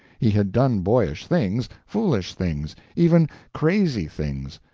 he had done boyish things, foolish things, even crazy things,